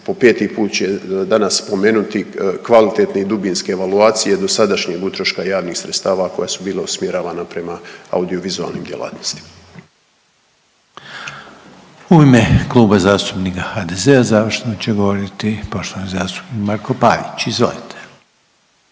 po peti puta će danas spomenuti kvalitetna i dubinske evaluacije dosadašnjeg utroška javnih sredstava koja su bile usmjeravana prema audiovizualnim djelatnostima. **Reiner, Željko (HDZ)** U ime Kluba zastupnika HDZ-a završno će govoriti poštovani zastupnik Marko Pavić. Izvolite.